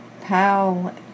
Pal